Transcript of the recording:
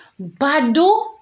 badu